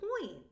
point